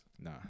Nah